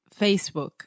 Facebook